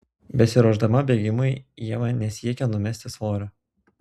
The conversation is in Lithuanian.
besiruošdama bėgimui ieva nesiekia numesti svorio